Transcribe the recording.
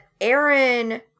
Aaron